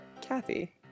Kathy